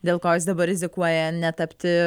dėl ko jis dabar rizikuoja netapti